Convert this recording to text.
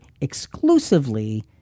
exclusively